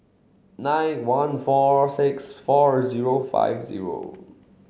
nine one four six four zero five zero